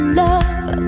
love